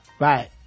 Right